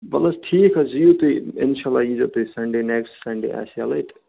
وۅلہٕ حظ ٹھیٖک حظ چھِ یِیو تُہۍ انشاءاللہ یی زیٚو تُہۍ سَنٛڈے نیٚکٕسٹ سَنٛڈے آسہِ یلے تہٕ